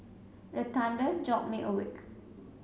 the thunder jolt me awake